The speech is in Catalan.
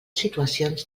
situacions